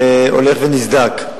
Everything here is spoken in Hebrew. הולך ונסדק.